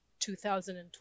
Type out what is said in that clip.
2012